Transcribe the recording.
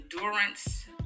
endurance